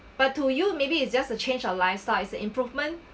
but to you maybe it's just a change of lifestyles is an improvement